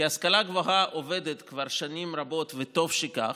כי ההשכלה הגבוהה עובדת כבר שנים רבות, וטוב שכך,